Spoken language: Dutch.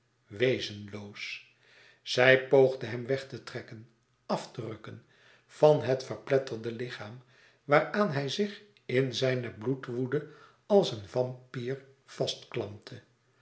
wezenloos zij poogde hem weg te trekken af te rukken van het verpletterde lichaam waaraan hij zich in zijne bloedwoede als een vampyr